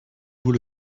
vous